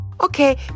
Okay